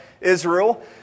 Israel